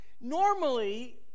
normally